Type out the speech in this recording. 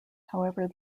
however